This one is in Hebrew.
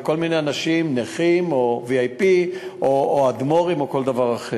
כל מיני אנשים שהם נכים או VIP או אדמו"רים וכדומה.